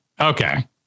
Okay